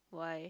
why